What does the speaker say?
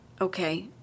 Okay